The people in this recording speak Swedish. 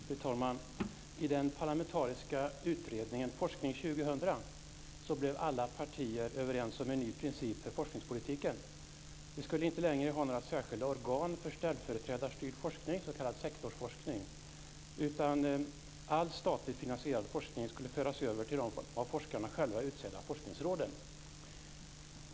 Fru talman! I den parlamentariska utredningen Forskning 2000 blev alla partier överens om en ny princip för forskningspolitiken. Vi skulle inte längre ha några särskilda organ för ställföreträdarstyrd forskning, s.k. sektorsforskning, utan all statligt finansierad forskning skulle föras över till de av forskarna själva utsedda forskningsråden.